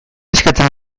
eskatzen